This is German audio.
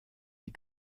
die